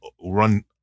run